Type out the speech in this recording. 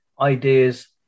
ideas